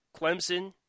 clemson